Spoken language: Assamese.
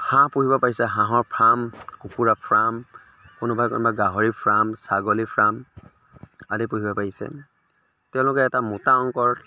হাঁহ পোহিব পাৰিছে হাঁহৰ ফ্ৰাম কুকুৰা ফ্ৰাম কোনোবাই কোনোবাই গাহৰি ফ্ৰাম ছাগলী ফ্ৰাম আদি পোহিব পাৰিছে তেওঁলোকে এটা মোটা অংকৰ